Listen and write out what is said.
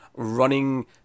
running